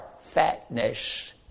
fatness